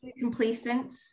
complacent